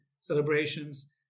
celebrations